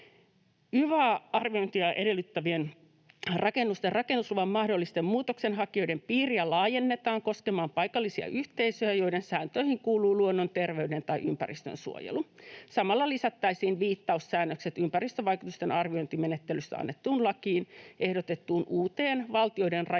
Yva-arviointia edellyttävien rakennusten rakennusluvan mahdollisten muutoksenhakijoiden piiriä laajennetaan koskemaan paikallisia yhteisöjä, joiden sääntöihin kuuluu luonnon, terveyden tai ympäristön suojelu. Samalla lisättäisiin viittaussäännökset ympäristövaikutusten arviointimenettelystä annettuun lakiin ehdotettuun uuteen, valtioiden rajat